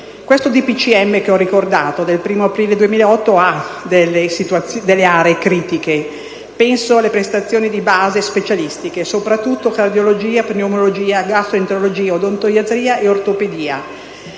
del 2008, che ho ricordato, presenta delle aree critiche. Penso alle prestazioni di base e specialistiche, soprattutto in cardiologia, pneumologia, gastroenterologia, odontoiatria e ortopedia.